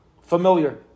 Familiar